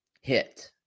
hit